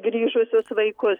grįžusius vaikus